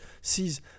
sees